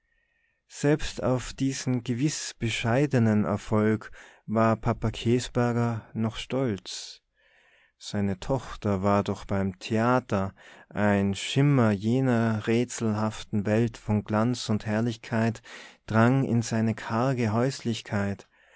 selbst auf diesen gewiß bescheidenen erfolg war papa käsberger noch stolz seine tochter war doch beim theater ein schimmer jener rätselhaften welt von glanz und herrlichkeit drang in seine karge häuslichkeit